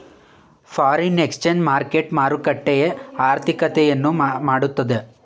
foreign exchange market ಮಾರುಕಟ್ಟೆ ಆರ್ಥಿಕತೆಯನ್ನು ಮಾಡುತ್ತವೆ